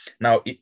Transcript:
Now